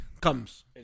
comes